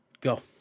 Go